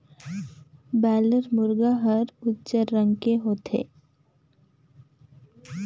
boiler मुरगा हर उजर रंग के होथे